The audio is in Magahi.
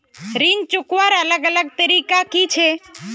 ऋण चुकवार अलग अलग तरीका कि छे?